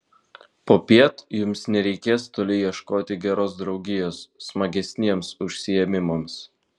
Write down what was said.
popiet jums nereikės toli ieškoti geros draugijos smagesniems užsiėmimams